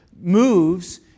moves